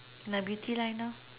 my beauty line loh